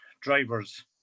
drivers